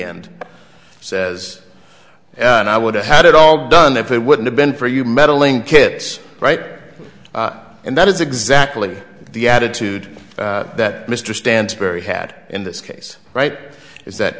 end says and i would have had it all done if it wouldn't have been for you meddling kids right and that is exactly the attitude that mr stansbury had in this case right is that